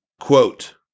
Quote